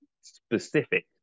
specific